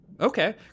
Okay